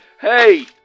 Hey